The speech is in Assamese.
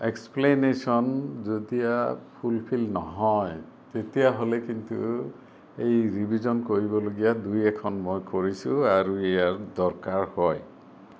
এক্সপ্লেনেশ্যন যতিয়া ফুলফিল নহয় তেতিয়া হ'লে কিন্তু এই ৰিভিজন কৰিবলগীয়া দুই এখন মই কৰিছো আৰু আৰু ইয়াৰ দৰকাৰ হয়